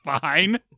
fine